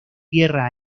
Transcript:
tierra